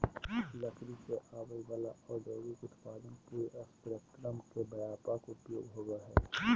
लकड़ी से आवय वला औद्योगिक उत्पादन के पूरे स्पेक्ट्रम में व्यापक उपयोग होबो हइ